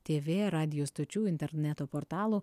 tv radijo stočių interneto portalų